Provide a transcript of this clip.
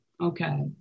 Okay